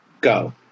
Go